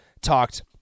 talked